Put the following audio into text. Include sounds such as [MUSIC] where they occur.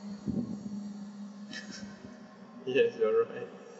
[LAUGHS] yes you are right